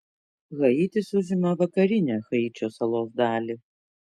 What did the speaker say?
haitis užima vakarinę haičio salos dalį